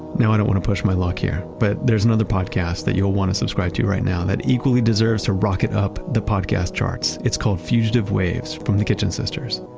now, i don't want to push my luck here, but there's another podcast that you'll want to subscribe to right now that equally deserves to rocket up the podcast charts. it's called fugitive waves from the kitchen sisters,